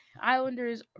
Islanders